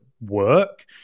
work